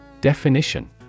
Definition